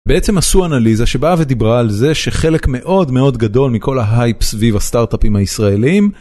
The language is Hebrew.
בעצם עשו אנליזה שבאה ודיברה על זה שחלק מאוד מאוד גדול מכל ההייפ סביב הסטארטאפים הישראלים